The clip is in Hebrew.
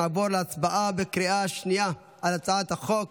נעבור להצבעה בקריאה שנייה על הצעת חוק